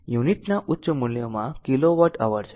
unit ના ઉચ્ચ મૂલ્યોમાં કિલો વોટ અવર છે